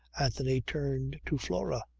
anthony turned to flora.